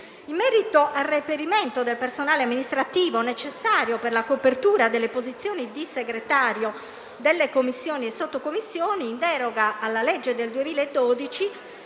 In merito al reperimento del personale amministrativo necessario per la copertura delle posizioni di segretario delle commissioni e sottocommissioni, in deroga alla legge del 2012,